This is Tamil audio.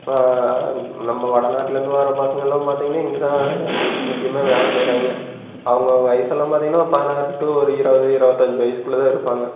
இப்போ நம்ம வடநாட்டுலேருந்து வர பசங்கல்லாம் பார்த்திங்கன்னா இங்கேதான் முக்கியமாக வேலை செய்றாங்க அவங்க வயசெல்லாம் பார்த்திங்கன்னா பதினாறு டு ஒரு இருவது இருபத்தஞ்சி வயதுக்குள்ள தான் இருப்பாங்க